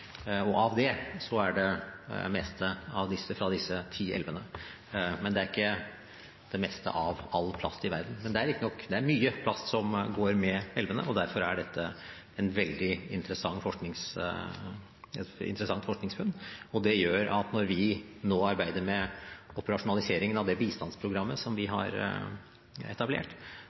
og av det er det meste fra disse ti elvene. Men det er altså ikke det meste av all plast i verden. Det er riktignok mye plast som går i elvene, derfor er dette et veldig interessant forskningsfunn. Det gjør at når vi arbeider med operasjonaliseringen av det bistandsprogrammet som vi har etablert,